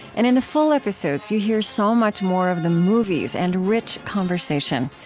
and in the full episodes you hear so much more of the movies and rich conversation.